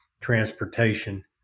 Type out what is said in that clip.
transportation